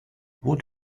wood